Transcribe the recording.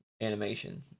animation